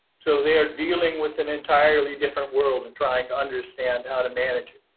so they're dealing with an entirely different world in trying to understand how to manage it,